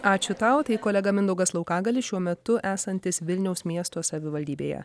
ačiū tau tai kolega mindaugas laukagalis šiuo metu esantis vilniaus miesto savivaldybėje